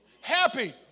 Happy